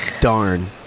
darn